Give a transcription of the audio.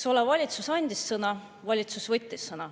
teemal. Valitsus andis sõna, valitsus võttis sõna.